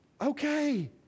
okay